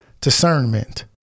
discernment